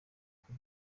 uko